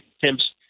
Tim's